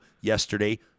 yesterday